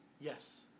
yes